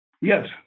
Yes